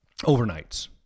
Overnights